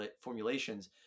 formulations